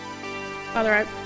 Father